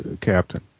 Captain